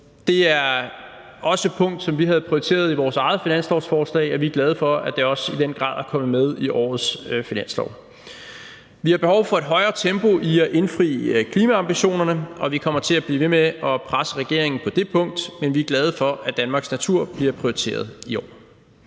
Det er også et punkt, som vi har prioriteret i vores eget finanslovsforslag, og vi er glade for, at det også i den grad er kommet med i årets finanslov. Vi har behov for et højere tempo i forhold til at indfri klimaambitionerne, og vi kommer til at blive ved med at presse regeringen på det punkt, men vi er glade for, at Danmarks natur bliver prioriteret i år.